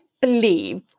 believe